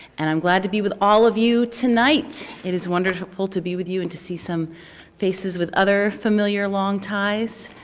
and i'm glad to be with all of you tonight. it is wonderful to be with you and to see some faces with other familiar long ties.